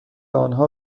آنها